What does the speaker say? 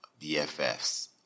BFFs